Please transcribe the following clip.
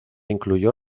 incluyó